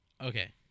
Okay